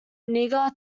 niger